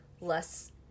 less